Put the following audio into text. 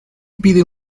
pide